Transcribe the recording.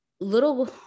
little